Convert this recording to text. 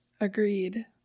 agreed